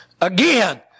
Again